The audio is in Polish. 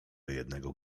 jednego